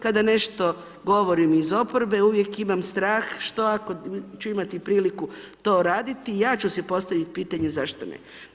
Kada nešto govorim iz oporbe uvijek imam strah što ako ću imati priliku to raditi, ja ću si postaviti pitanje zašto ne.